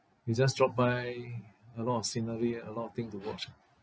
we just drop by a lot of scenery and a lot of thing to watch ah